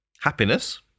happiness